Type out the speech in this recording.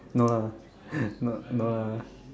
no lah no no lah